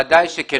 ודאי שכן.